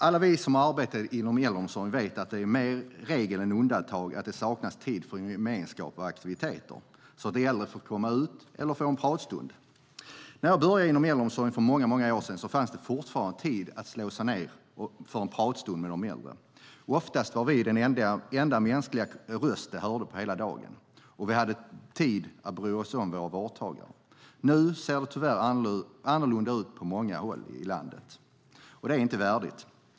Alla vi som har arbetat inom äldreomsorgen vet att det är mer regel än undantag att det saknas tid för gemenskap och aktiviteter, så att de äldre får komma ut eller får en pratstund. När jag började inom äldreomsorgen för många år sedan fanns det fortfarande tid att slå sig ned för en pratstund med de äldre. Oftast var vi den enda mänskliga röst de hörde på hela dagen. Vi hade tid att bry oss om våra vårdtagare. Nu ser det tyvärr annorlunda ut på många håll i landet, och det är inte värdigt.